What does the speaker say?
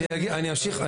אני אמשיך,